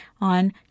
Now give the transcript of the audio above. on